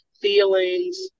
feelings